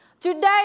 Today